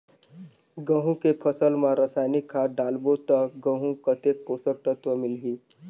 गंहू के फसल मा रसायनिक खाद डालबो ता गंहू कतेक पोषक तत्व मिलही?